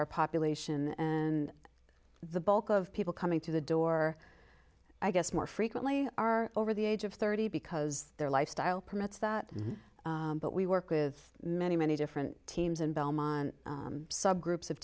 our population and the bulk of people coming to the door i guess more frequently are over the age of thirty because their lifestyle permits that but we work with many many different teams and belmont subgroups of